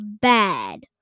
bad